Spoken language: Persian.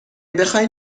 بخواین